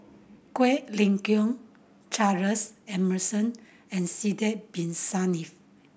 Quek Ling Kiong Charles Emmerson and Sidek Bin Saniff